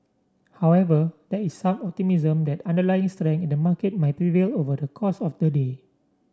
however there is some optimism that underlying strength in the market might prevail over the course of the day